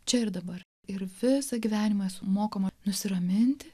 čia ir dabar ir visą gyvenimą esu mokoma nusiraminti